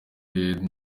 iraq